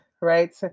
right